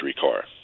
car